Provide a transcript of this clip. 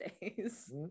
days